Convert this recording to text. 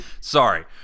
Sorry